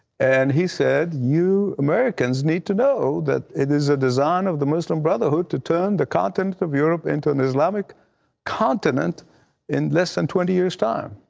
and he said, you americans need to know that it is the ah design of the muslim brotherhood to turn the content of europe into an islamic continent in less than twenty years time.